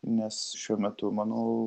nes šiuo metu manau